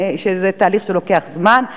זה תהליך שלוקח זמן,